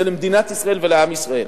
זה למדינת ישראל ולעם ישראל.